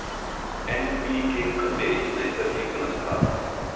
NPK खते नैसर्गिक नसतात